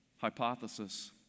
hypothesis